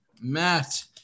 Matt